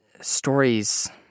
stories